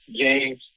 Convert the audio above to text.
James